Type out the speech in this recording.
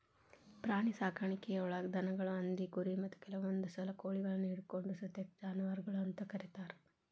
ಪ್ರಾಣಿಸಾಕಾಣಿಕೆಯೊಳಗ ದನಗಳು, ಹಂದಿ, ಕುರಿ, ಮತ್ತ ಕೆಲವಂದುಸಲ ಕೋಳಿಗಳನ್ನು ಹಿಡಕೊಂಡ ಸತೇಕ ಜಾನುವಾರಗಳು ಅಂತ ಕರೇತಾರ